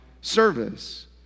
service